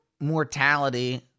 mortality